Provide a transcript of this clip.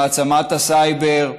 מעצמת הסייבר,